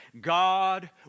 God